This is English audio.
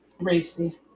racy